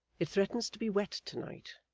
it threatens to be wet to-night.